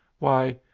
why,